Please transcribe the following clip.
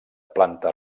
planta